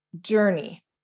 journey